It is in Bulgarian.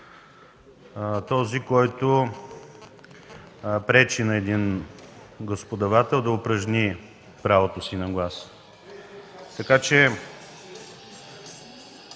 този, който пречи на един гласоподавател да упражни правото си на глас. В случая